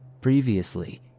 Previously